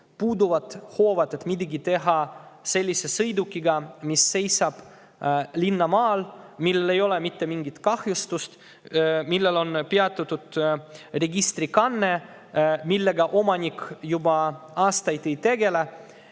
hoovad, et teha midagi sõidukiga, mis seisab linna maal, aga millel ei ole mitte mingit kahjustust, millel on peatatud registrikanne ja millega omanik juba aastaid ei tegele.